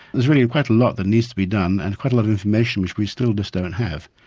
there's really quite a lot that needs to be done and quite a lot of information which we still just don't have.